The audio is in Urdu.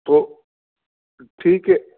تو ٹھیک ہے